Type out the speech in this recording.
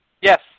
Yes